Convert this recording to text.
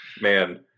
Man